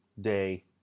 day